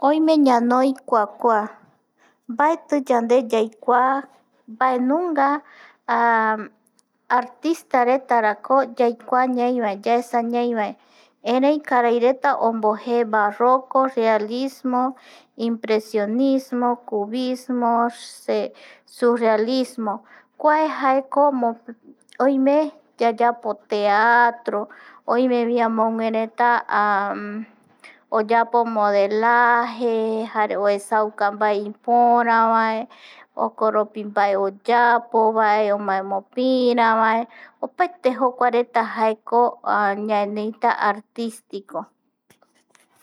﻿Oime ñanoi kuakua, mbaeti yande yaikua mbae nunga artista retarako yaikua ñaivae, yaesa ñaivae erei karaireta omboje barroco, realismo, impresionismo, cubismo, surrealismo, kuae jaeko oime yayapo teatro oimevi amoguereta oyapo modelaje jare oesauka mbae ipopöravae, jokoropi mbae oyapo vae omaemopïravae opaete jokuareta ñaeniita artistico.